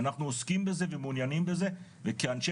ואנחנו עוסקים בזה ומעוניינים בזה וכאנשי